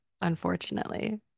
unfortunately